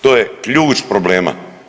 To je ključ problema.